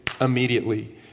immediately